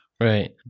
Right